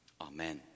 Amen